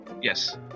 Yes